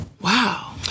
wow